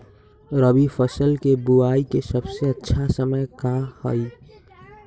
रबी फसल के बुआई के सबसे अच्छा समय का हई?